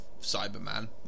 Cyberman